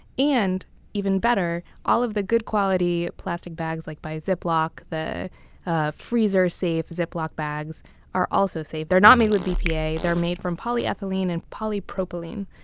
and even better, all of the good quality plastic bags like by ziploc the ah freezer safe ziploc bags are also safe. they're not made from bpa, they're made from polyethylene and polypropylene,